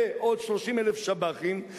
ועוד 30,000 שוהים בלתי חוקיים,